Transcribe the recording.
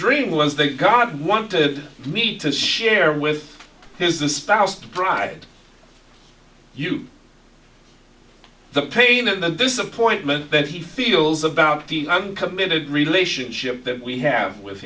dream was that god wanted me to share with his the spouse to provide you the pain and the disappointment that he feels about the uncommitted relationship that we have with